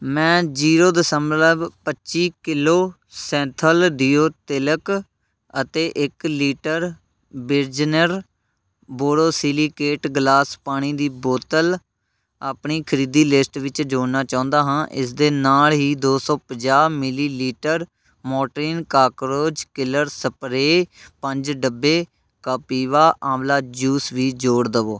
ਮੈਂ ਜੀਰੋ ਦਸ਼ਮਲਵ ਪੱਚੀ ਕਿਲੋ ਸੈਂਥਲ ਦੀਓ ਤਿਲਕ ਅਤੇ ਇੱਕ ਲੀਟਰ ਬਿਜਨਰ ਬੋਰੋਸੀਲੀਕੇਟ ਗਲਾਸ ਪਾਣੀ ਦੀ ਬੋਤਲ ਆਪਣੀ ਖਰੀਦੀ ਲਿਸਟ ਵਿੱਚ ਜੋੜਨਾ ਚਾਹੁੰਦਾ ਹਾਂ ਇਸ ਦੇ ਨਾਲ ਹੀ ਦੋ ਸੌ ਪੰਜਾਹ millilitre Mortein cockroach killer spray ਪੰਜ ਡੱਬੇ ਕਾਪੀਵਾ ਆਂਵਲਾ ਜੂਸ ਵੀ ਜੋੜ ਦਵੋ